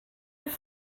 have